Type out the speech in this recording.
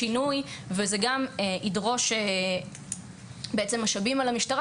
וזה גם ידרוש משאבים למשטרה,